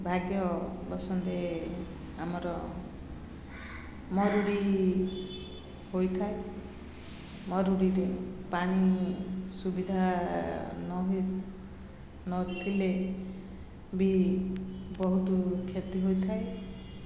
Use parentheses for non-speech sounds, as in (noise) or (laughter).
ଭାଗ୍ୟ (unintelligible) ଆମର ମରୁଡ଼ି ହୋଇଥାଏ ମରୁଡ଼ିରେ ପାଣି ସୁବିଧା ନ ହୋଇ ନଥିଲେ ବି ବହୁତ କ୍ଷତି ହୋଇଥାଏ